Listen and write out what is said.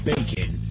Bacon